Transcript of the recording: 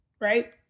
right